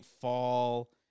fall